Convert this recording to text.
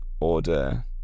order